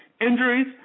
Injuries